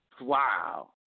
Wow